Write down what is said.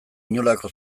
inolako